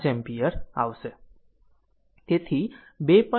5 ampere આવશે તેથી 2